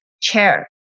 chair